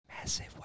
Massive